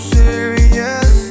serious